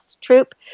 troop